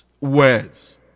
words